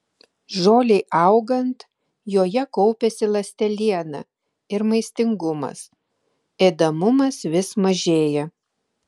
žolei augant joje kaupiasi ląsteliena ir maistingumas ėdamumas vis mažėja